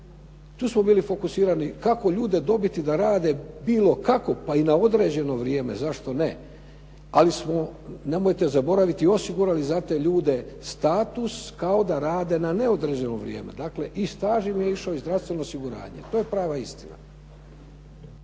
tu smo bili fokusirali kako ljude dobiti da rade bilo kako, pa i na određeno vrijeme, zašto ne. Ali smo, nemojte zaboraviti, osigurali za te ljude status kao da rade na neodređeno vrijeme, dakle i staž im je išao, i zdravstveno osiguranje. To je prava istina.